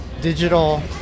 digital